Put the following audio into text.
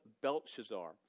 Belshazzar